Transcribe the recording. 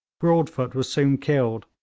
broadfoot was soon killed,